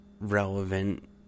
relevant